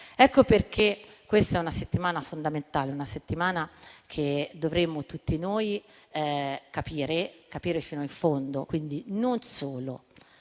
Ecco perché questa è una settimana fondamentale, che dovremmo tutti noi capire fino in fondo non solo